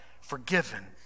forgiven